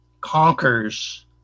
conquers